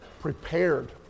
prepared